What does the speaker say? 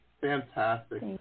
fantastic